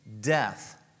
death